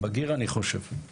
בגיר אני חושב.